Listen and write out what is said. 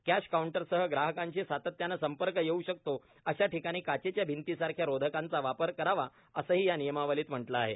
cash काऊंटरसह ग्राहकांशी सातत्यानं संपर्क येऊ शकतो अशा ठिकाणी काचेच्या भिंतीसारख्या रोधकांचा वापर करावा असंही या नियमावलीत म्हटलं आहे